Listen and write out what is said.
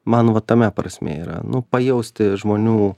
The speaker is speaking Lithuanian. man va tame prasmė yra nu pajausti žmonių